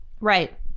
Right